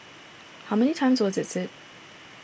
how many times was it said